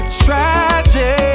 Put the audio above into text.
tragic